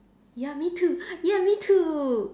ya me too ya me too